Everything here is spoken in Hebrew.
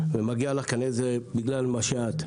זה מגיע לך בגלל מה שאת.